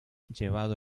llevado